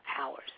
hours